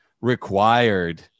required